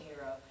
hero